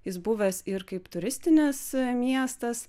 jis buvęs ir kaip turistinis miestas